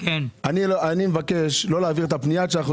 אני מבקש לא להעביר את הפנייה עד שלא